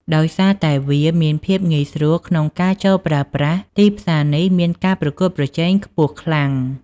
ដោយសារតែវាមានភាពងាយស្រួលក្នុងការចូលប្រើប្រាស់ ទីផ្សារនេះមានការប្រកួតប្រជែងខ្ពស់ខ្លាំង។